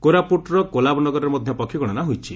କୋରାପୁଟ୍ର କୋଲାବନଗରରେ ମଧ୍ଧ ପକ୍ଷୀ ଗଣନା ହୋଇଛି